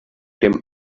dem